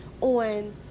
on